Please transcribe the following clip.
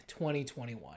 2021